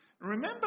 Remember